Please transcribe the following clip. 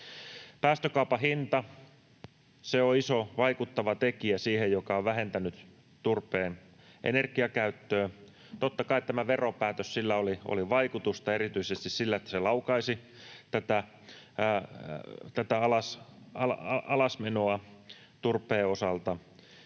Päästökaupan hinta on iso vaikuttava tekijä, joka on vähentänyt turpeen energiakäyttöä. Totta kai tällä veropäätöksellä oli vaikutusta ja erityisesti sillä, että se laukaisi tätä alasmenoa turpeen osalta.